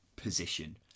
position